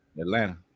Atlanta